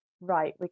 right